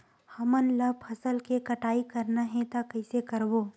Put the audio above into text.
हमन ला फसल के कटाई करना हे त कइसे करबो?